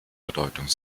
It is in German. bedeutung